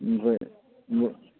ओमफ्राय मो